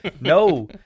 no